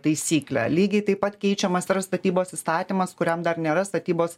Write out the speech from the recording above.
taisyklę lygiai taip pat keičiamas yra statybos įstatymas kuriam dar nėra statybos